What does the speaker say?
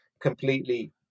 completely